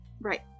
Right